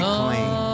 clean